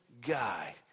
guy